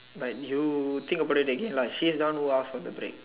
but you think about it again lah she is the one who ask for the break